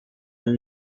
lalu